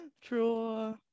True